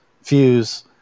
fuse